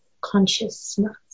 consciousness